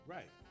Right